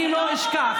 אני לא אשכח.